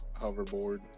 hoverboard